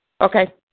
Okay